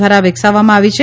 દ્વારા વિકસાવવામાં આવી છે